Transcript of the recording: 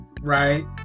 Right